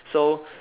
so